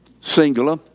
Singular